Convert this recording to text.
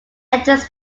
entrance